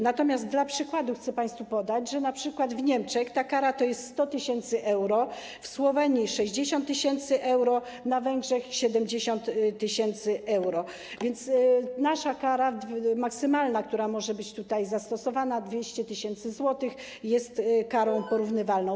Natomiast dla przykładu chcę państwu podać, że np. w Niemczech ta kara to jest 100 tys. euro, w Słowenii - 60 tys. euro, na Węgrzech - 70 tys. euro, a więc nasza kara maksymalna, która może być tutaj zastosowana, 200 tys. zł, jest karą porównywalną.